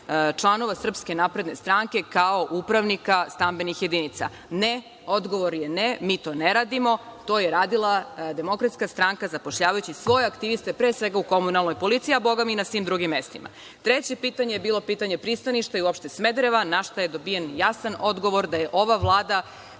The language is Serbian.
članova SNS kao upravnika stambenih jedinica. Odgovor je – ne, mi to ne radimo, to je radila DS, zapošljavajući svoje aktiviste, pre svega u komunalnoj policiji, a bogami i na svim drugim mestima. Treće pitanje je bilo pitanje pristaništa i uopšte Smedereva, na šta je dobijen jasan odgovor da ova Vlada